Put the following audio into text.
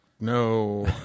no